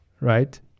right